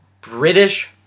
British